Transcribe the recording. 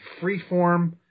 Freeform